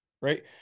Right